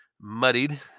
muddied